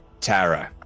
Tara